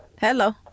Hello